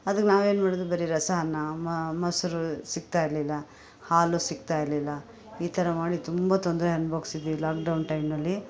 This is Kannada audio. ಅದ್ಕೆ ನಾವೇನು ಮಾಡೋದು ಬರೀ ರಸ ಅನ್ನ ಮೊಸರು ಸಿಗ್ತಾ ಇರ್ಲಿಲ್ಲ ಹಾಲು ಸಿಗ್ತಾ ಇರ್ಲಿಲ್ಲ ಈ ಥರ ಮಾಡಿ ತುಂಬ ತೊಂದರೆ ಅನುಭವ್ಸಿದ್ದೀವಿ ಲಾಕ್ ಡೌನ್ ಟೈಮ್ನಲ್ಲಿ